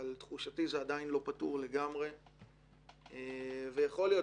אבל לתחושתי זה עדיין לא פתור לגמרי ויכול להיות